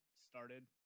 started